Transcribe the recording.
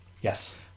yes